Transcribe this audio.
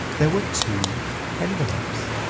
there were two envelopes.